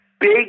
big